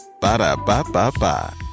Ba-da-ba-ba-ba